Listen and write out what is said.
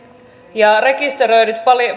rekisteröidyt